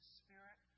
spirit